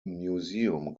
museum